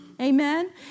Amen